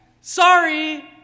Sorry